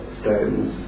stones